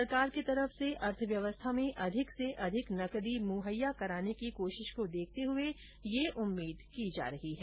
सरकार की तरफ से अर्थव्यवस्था में अधिक से अधिक नकदी मुहैया कराने की कोशिश को देखते हुए ये उम्मीद की जा रही है